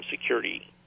security